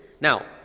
Now